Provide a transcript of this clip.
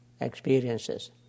experiences